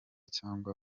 cyangwa